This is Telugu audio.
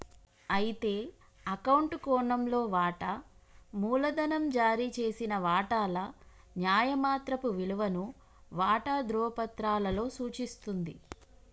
అయితే అకౌంట్ కోణంలో వాటా మూలధనం జారీ చేసిన వాటాల న్యాయమాత్రపు విలువను వాటా ధ్రువపత్రాలలో సూచిస్తుంది